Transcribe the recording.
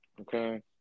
Okay